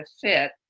fit